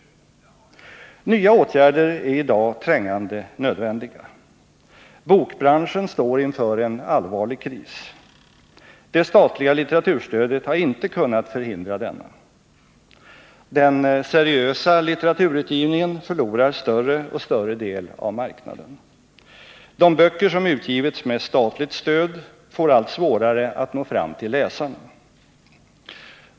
Nya åtgärder är i dag trängande nödvändiga. Bokbranschen står inför en allvarlig kris. Det statliga litteraturstödet har inte kunnat förhindra denna. Den seriösa litteraturutgivningen förlorar större och större del av marknaden. De böcker som utgivits med statligt stöd får allt svårare att nå fram till läsarna.